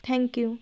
thank you